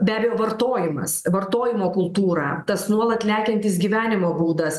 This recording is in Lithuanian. be abejo vartojimas vartojimo kultūra tas nuolat lekiantis gyvenimo būdas